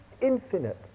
infinite